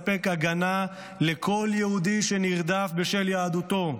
מדינת ישראל מחויבת לספק הגנה לכל יהודי שנרדף בשל יהדותו.